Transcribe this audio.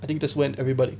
I think that's when everybody